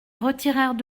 retirèrent